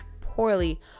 poorly